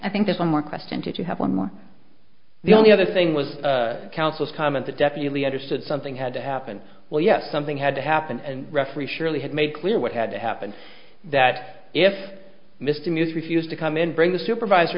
i think there's one more question to you have one more the only other thing was counsel's comment that definitely understood something had to happen well yes something had to happen and referee surely had made clear what had happened that if mr news refused to come in bring the supervisor